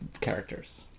characters